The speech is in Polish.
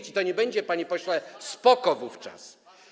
I to nie będzie, panie pośle, spoko wówczas.